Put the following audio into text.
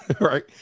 right